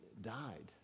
died